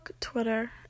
Twitter